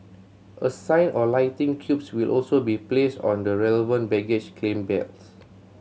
a sign or lightning cubes will also be placed on the relevant baggage claim belts